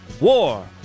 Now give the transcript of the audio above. War